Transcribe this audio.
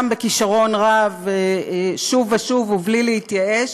גם בכישרון רב, שוב ושוב ובלי להתייאש.